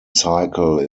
cycle